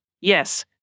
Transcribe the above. Yes